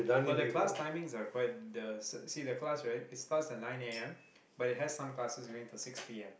but the class timings are quite uh see the class it starts at nine a_m but it has some classes even till six p_m